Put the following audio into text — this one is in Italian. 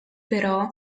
però